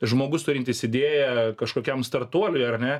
žmogus turintis idėją kažkokiam startuoliui ar ne